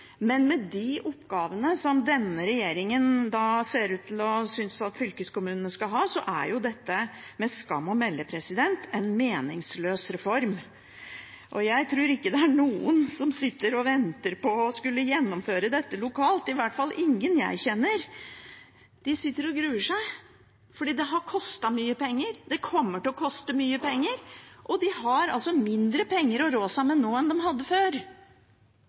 men med de oppgavene som denne regjeringen ser ut til å synes at fylkeskommunene skal ha, er dette med skam å melde en meningsløs reform. Jeg tror ikke det er noen som sitter og venter på å skulle gjennomføre dette lokalt, i hvert fall ingen jeg kjenner. De sitter og gruer seg, for det har kostet mye penger, det kommer til å koste mye penger, og de har mindre penger å rå seg med nå enn de hadde før.